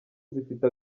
zifite